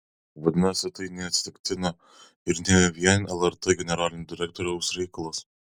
vadinasi tai neatsitiktina ir ne vien lrt generalinio direktoriaus reikalas